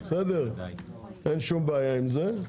אין שום בעיה עם זה.